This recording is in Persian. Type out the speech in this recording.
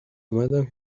اومدم